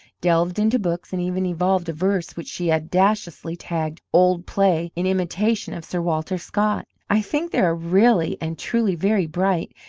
delved into books, and even evolved a verse which she audaciously tagged old play, in imitation of sir walter scott. i think they are really and truly very bright,